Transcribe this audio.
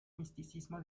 misticismo